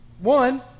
One